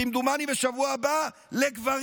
כמדומני בשבוע הבא.